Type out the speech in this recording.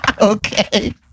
Okay